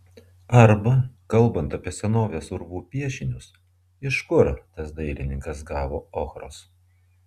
arba kalbant apie senovės urvų piešinius iš kur tas dailininkas gavo ochros